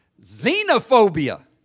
Xenophobia